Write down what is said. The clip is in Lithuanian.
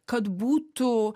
kad būtų